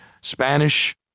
Spanish